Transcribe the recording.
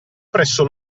presso